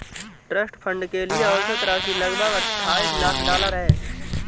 trust fund के लिए औसत राशि लगभग अट्ठाईस लाख डॉलर है